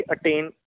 attain